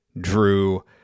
Drew